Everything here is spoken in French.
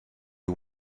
est